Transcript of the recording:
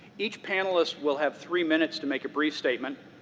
each panelist will have three minutes to make a brief statement.